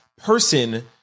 person